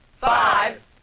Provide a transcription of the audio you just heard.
Five